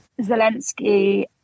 Zelensky